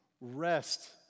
rest